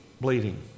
bleeding